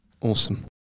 Awesome